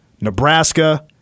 Nebraska